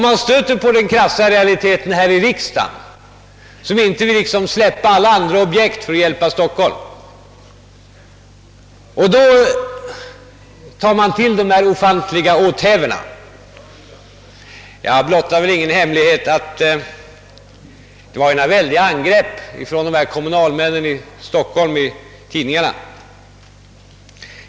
Man stöter på den krassa realiteten här i riksdagen, som inte vill släppa alla andra objekt för att enbart hjälpa Stockholm, och då tar man till ofantliga åthävor. Jag blottar väl ingen hemlighet när jag säger att kommunalmännen i Stockholm gjort väldiga angrepp i tidningarna.